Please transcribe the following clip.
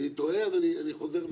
אם אני טועה אז אחזור בי.